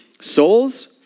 souls